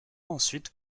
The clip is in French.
ensuite